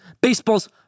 baseball's